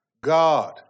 God